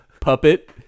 puppet